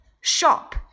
Shop